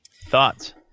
thoughts